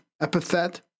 epithet